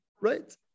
Right